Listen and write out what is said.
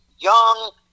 young